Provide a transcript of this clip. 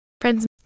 Friends